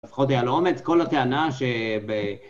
לפחות היה לא אומץ, כל הטענה שב...